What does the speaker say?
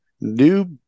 new